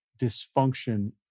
dysfunction